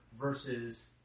versus